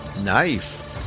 Nice